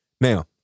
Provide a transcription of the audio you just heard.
Now